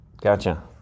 Gotcha